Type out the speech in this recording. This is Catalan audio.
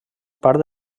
part